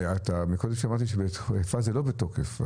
קודם שמעתי שבחיפה זה לא בתוקף.